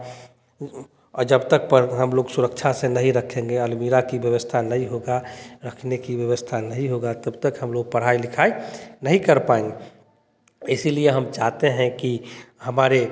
और जब तक पर हम लोग सुरक्षा से नहीं रखेंगे अलमीरा की व्यवस्था नहीं होगा रखने की व्यवस्था नहीं होगा तब तक हम लोग पढ़ाई लिखाई नहीं कर पाएँगे इसीलिए हम चाहते हैं कि हमारे